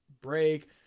break